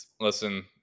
Listen